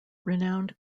renowned